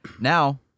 now